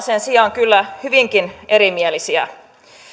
sen sijaan kyllä hyvinkin erimielisiä